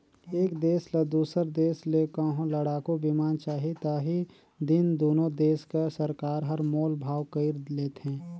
एक देस ल दूसर देस ले कहों लड़ाकू बिमान चाही ता ही दिन दुनो देस कर सरकार हर मोल भाव कइर लेथें